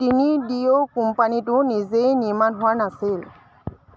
তিনি ডিঅ' কোম্পানীটো নিজেই নিৰ্মাণ হোৱা নাছিল